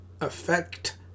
affect